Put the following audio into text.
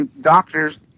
doctors